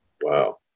Wow